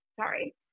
sorry